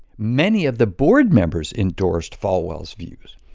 many of the board members endorsed falwell's views.